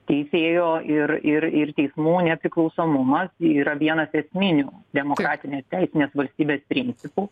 teisėjo ir ir ir teismų nepriklausomumas ji yra vienas esminių demokratinės teisinės valstybės principų